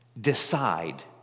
decide